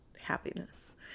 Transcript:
happiness